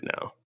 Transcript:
now